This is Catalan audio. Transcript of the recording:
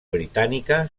britànica